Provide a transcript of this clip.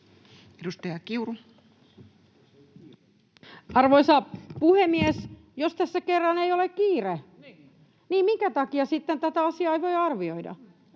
Arvoisa puhemies! Jos tässä kerran ei ole kiire, niin minkä takia sitten tätä asiaa ei voi arvioida?